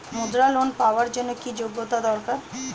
মুদ্রা লোন পাওয়ার জন্য কি যোগ্যতা দরকার?